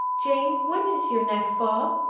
jane, when is your next ball?